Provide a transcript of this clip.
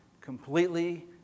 completely